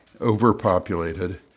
Overpopulated